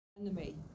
enemy